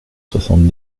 soixante